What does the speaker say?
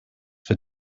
for